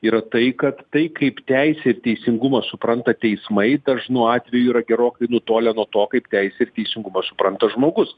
yra tai kad tai kaip teisę ir teisingumą supranta teismai dažnu atveju yra gerokai nutolę nuo to kaip teisę ir teisingumą supranta žmogus